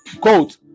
quote